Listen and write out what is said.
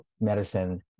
medicine